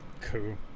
Cool